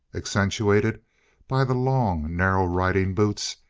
accentuated by the long, narrow riding boots,